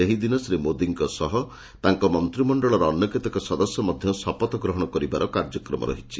ସେହିଦିନ ଶ୍ରୀ ମୋଦିଙ୍କ ସହ ତାଙ୍କ ମନ୍ତିମଶ୍ଚଳର ଅନ୍ୟ କେତେକ ସଦସ୍ୟ ମଧ୍ଧ ଶପଥ ଗ୍ରହଶ କରିବାର କାର୍ଯ୍ୟକ୍ରମ ରହିଛି